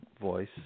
voice